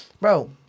Bro